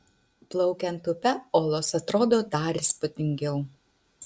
plaukiant upe olos atrodo dar įspūdingiau